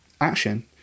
action